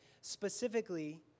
Specifically